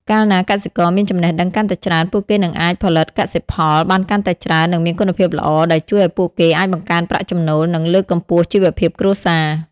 កាលណាកសិករមានចំណេះដឹងកាន់តែច្រើន ពួកគេនឹងអាចផលិតកសិផលបានកាន់តែច្រើន និងមានគុណភាពល្អ ដែលជួយឲ្យពួកគេអាចបង្កើនប្រាក់ចំណូល និងលើកកម្ពស់ជីវភាពគ្រួសារ។